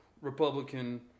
Republican